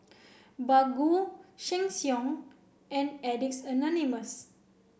Baggu Sheng Siong and Addicts Anonymous